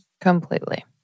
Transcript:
Completely